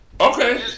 Okay